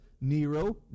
Nero